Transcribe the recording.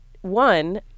one